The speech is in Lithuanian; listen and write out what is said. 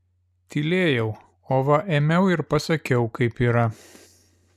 tylėjau o va ėmiau ir pasakiau kaip yra